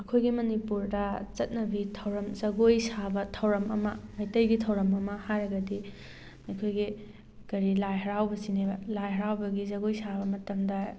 ꯑꯩꯈꯣꯏꯒꯤ ꯃꯅꯤꯄꯨꯔꯗ ꯆꯠꯅꯕꯤ ꯊꯧꯔꯝ ꯖꯒꯣꯏ ꯁꯥꯕ ꯊꯧꯔꯝ ꯑꯃ ꯃꯩꯇꯩꯒꯤ ꯊꯧꯔꯝ ꯑꯃ ꯍꯥꯏꯔꯒꯗꯤ ꯑꯩꯈꯣꯏꯒꯤ ꯀꯔꯤ ꯂꯥꯏ ꯍꯔꯥꯎꯕꯁꯤꯅꯦꯕ ꯂꯥꯏ ꯍꯔꯥꯎꯕꯒꯤ ꯖꯒꯣꯏ ꯁꯥꯕ ꯃꯇꯝꯗ